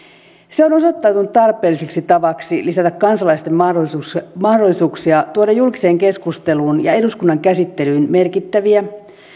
se on osoittautunut tarpeelliseksi tavaksi lisätä kansalaisten mahdollisuuksia mahdollisuuksia tuoda julkiseen keskusteluun ja eduskunnan käsittelyyn merkittäviä